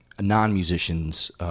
non-musicians